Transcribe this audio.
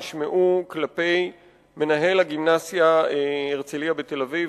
נשמעו לאחרונה כלפי מנהל הגימנסיה "הרצליה" בתל-אביב,